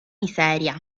miseria